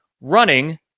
running